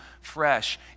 fresh